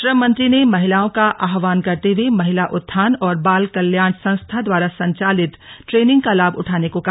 श्रम मंत्री ने महिलाओं का आह्वान करते हुए महिला उत्थान और बाल कल्याण संस्था द्वारा संचालित ट्रेनिंग का लाभ उठाने को कहा